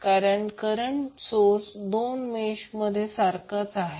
कारण current source दोन मेषच्या मध्ये सारखाच आहे